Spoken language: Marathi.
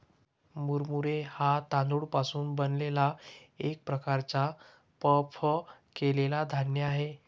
मुरमुरे हा तांदूळ पासून बनलेला एक प्रकारचा पफ केलेला धान्य आहे